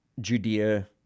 Judea